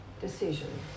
decision